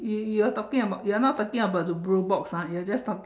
you you're talking about you're not talking about the blue box ah you're just talking